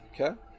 Okay